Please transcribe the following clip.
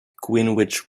greenwich